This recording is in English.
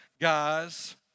guys